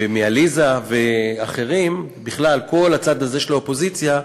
ומעליזה, ואחרים, בכלל, כל הצד הזה של האופוזיציה,